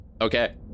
okay